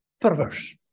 perverse